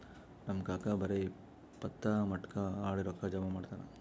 ನಮ್ ಕಾಕಾ ಬರೇ ಪತ್ತಾ, ಮಟ್ಕಾ ಆಡಿ ರೊಕ್ಕಾ ಜಮಾ ಮಾಡ್ತಾನ